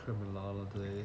criminology